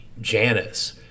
Janice